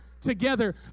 together